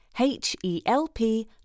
H-E-L-P